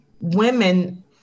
women